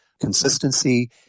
consistency